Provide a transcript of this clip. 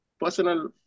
personal